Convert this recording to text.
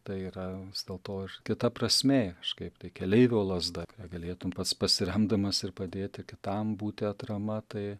tai yra dėl to ir kita prasmė kažkaip tai keleivio lazda kuria galėtum pats pasiremdamas ir padėti kitam būti atrama tai